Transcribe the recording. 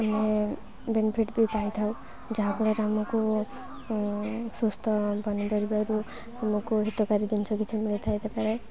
ଆମେ ବେନିଫିଟ୍ ବି ପାଇଥାଉ ଯାହାଫଳରେ ଆମକୁ ସୁସ୍ଥ ବନେଇ ପାରିବାରୁ ଆମକୁ ହିତକାରୀ ଜିନ୍ଷ କିଛି ମିଳିଥାଏ